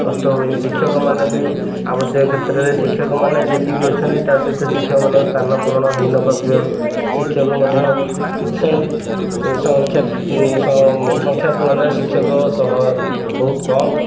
କଷ୍ଟ ହୁଏ ଶିକ୍ଷକମାନେ ବି ଆବଶ୍ୟକ କ୍ଷେତ୍ରରେ ଶିକ୍ଷକମାନେ ଯେତିକି ଅଛନ୍ତି ତା ସହିତ ଶିକ୍ଷକମାନଙ୍କ ସ୍ଥାନ ପୂରଣ ହେଇନପାରୁଥିବାରୁ ଶିକ୍ଷକ ମଧ୍ୟ ସଂଖ୍ୟା ତୁଳନାରେ ଶିକ୍ଷକ ସହ ବହୁତ କମ୍